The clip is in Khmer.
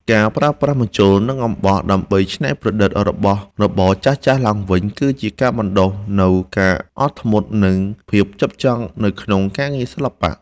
ការប្រើប្រាស់ម្ជុល និង អំបោះដើម្បីច្នៃប្រឌិតរបស់របរចាស់ៗឡើងវិញ គឺជាការបណ្ដុះនូវការអត់ធ្មត់ និង ភាពផ្ចិតផ្ចង់នៅក្នុងការងារសិល្បៈ។